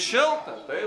šilta tai